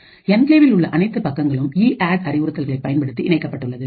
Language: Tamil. என்கிளேவில் உள்ள அனைத்து பக்கங்களும் இஅட் அறிவுறுத்தல்களை பயன்படுத்தி இணைக்கப்பட்டுள்ளது